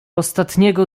ostatniego